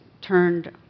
turned